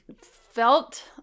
felt